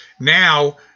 now